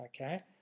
Okay